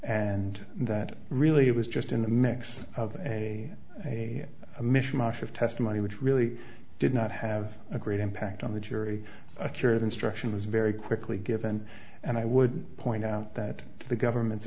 and that really it was just in the mix of a mishmosh of testimony which really did not have a great impact on the jury a cure of instruction was very quickly given and i would point out that the government's